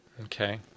Okay